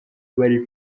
bari